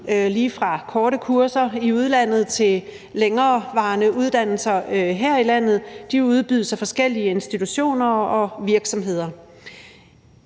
lige fra korte kurser i udlandet til længerevarende uddannelser her i landet. De udbydes af forskellige institutioner og virksomheder.